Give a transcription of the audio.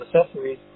accessories